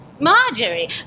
Marjorie